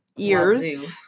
years